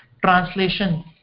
TRANSLATION